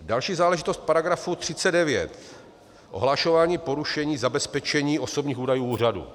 Další záležitost v § 39, ohlašování porušení zabezpečení osobních údajů úřadu.